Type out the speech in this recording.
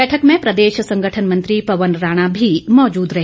बैठक में प्रदेश संगठन मंत्री पवन राणा भी मौजूद रहे